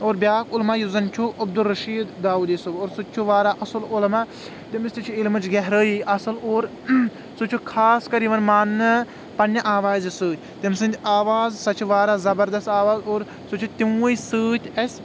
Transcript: اور بیٛاکھ عُلما یُس زن چُھ عبدالرشیٖد داوودی صٲب سُہ تہِ واریاہ اصل عُلما تٔمِس تہِ چھ علمٕچ گہرأیی اصل اور سُہ چُھ خاص کر یِوان ماننہِ پننہِ آوازِ سۭتۍ تٔمہِ سٕنٛز آواز سۄ چھ واریاہ زبردست آواز سُہ چُھ تِموٕے سۭتۍ اَسہِ